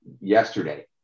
yesterday